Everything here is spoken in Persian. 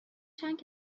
چند